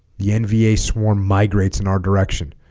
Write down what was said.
the nva swarm migrates in our direction